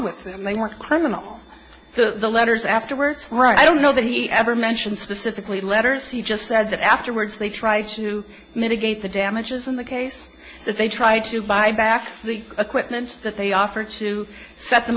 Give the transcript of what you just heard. with them they were criminal the letters afterwards right i don't know that he ever mentions specifically letters he just said afterwards they try to mitigate the damages in the case that they tried to buy back the equipment that they offered to set them